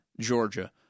Georgia